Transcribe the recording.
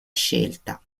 scelta